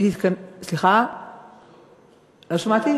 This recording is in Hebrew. השלום.